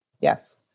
Yes